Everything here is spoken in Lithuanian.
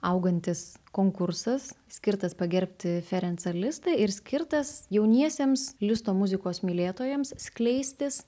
augantis konkursas skirtas pagerbti ferencą listą ir skirtas jauniesiems listo muzikos mylėtojams skleistis